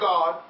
God